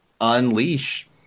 unleash